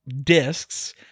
discs